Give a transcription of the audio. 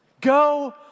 Go